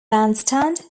bandstand